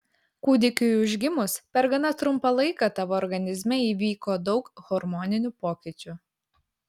kūdikiui užgimus per gana trumpą laiką tavo organizme įvyko daug hormoninių pokyčių